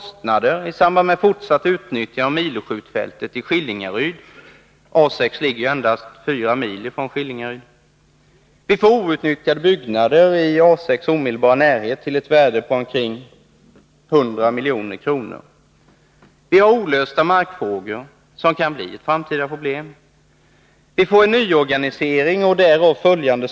Skillingaryd, då A 6 endast ligger fyra mil därifrån. Olösta markfrågor, som kan bli ett framtida problem.